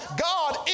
God